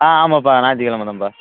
ஆ ஆமாம்ப்பா ஞாயித்துக்கிழம தான்ப்பா